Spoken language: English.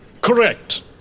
Correct